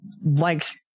likes